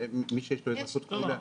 מי שיש לו אזרחות כפולה.